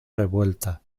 revuelta